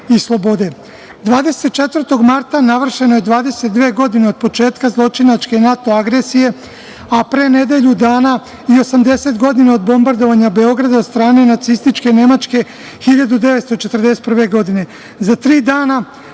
marta navršeno je 22 godine od početka zločinačke NATO agresije, a pre nedelju dana i 80 godina od bombardovanja Beograda od strane nacističke Nemačke 1941. godine,